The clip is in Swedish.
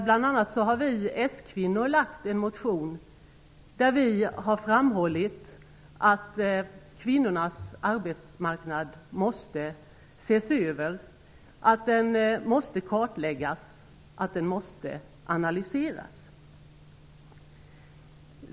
Bl.a. har vi socialdemokratiska kvinnor väckt en motion där vi har framhållit att kvinnornas arbetsmarknad måste ses över. Den måste kartläggas. Den måste analyseras.